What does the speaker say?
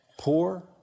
poor